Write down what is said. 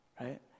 Right